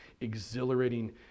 exhilarating